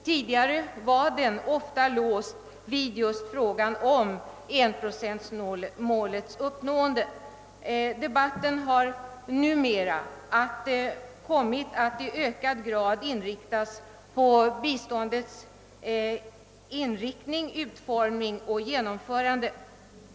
Tidigare var den ofta låst vid just frågan om 1-procentsmålets uppnående. Debatten har numera kommit att i ökad grad gälla biståndets inriktning, utformning och genomförande.